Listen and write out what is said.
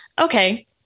okay